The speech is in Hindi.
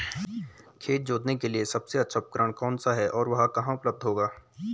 खेत जोतने के लिए सबसे अच्छा उपकरण कौन सा है और वह कहाँ उपलब्ध होगा?